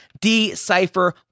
Decipher